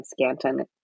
Scanton